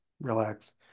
Relax